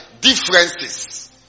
differences